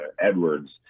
Edwards